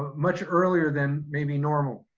much earlier than maybe normal.